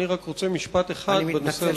אני רק רוצה משפט אחד בנושא הזה,